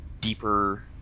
deeper